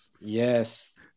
Yes